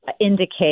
indicate